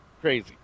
Crazy